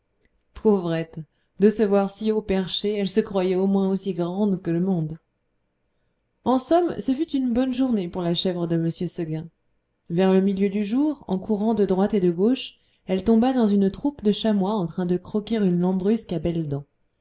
pauvrette de se voir si haut perchée elle se croyait au moins aussi grande que le monde en somme ce fut une bonne journée pour la chèvre de m seguin vers le milieu du jour en courant de droite et de gauche elle tomba dans une troupe de chamois en train de croquer une lambrusque à